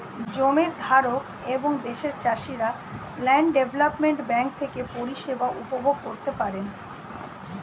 জমির ধারক এবং দেশের চাষিরা ল্যান্ড ডেভেলপমেন্ট ব্যাঙ্ক থেকে পরিষেবা উপভোগ করতে পারেন